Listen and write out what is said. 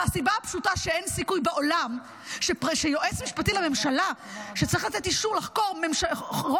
מהסיבה הפשוטה שאין סיכוי בעולם שיועץ משפטי לממשלה -- תודה רבה.